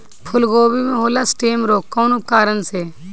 फूलगोभी में होला स्टेम रोग कौना कारण से?